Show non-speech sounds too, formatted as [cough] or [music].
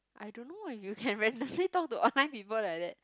I don't know if you can [laughs] randomly talk to online people like that